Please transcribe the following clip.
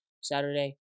Saturday